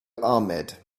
ahmed